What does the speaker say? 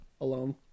alone